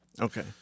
Okay